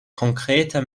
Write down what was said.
konkrete